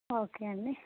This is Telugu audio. ఓకే అండి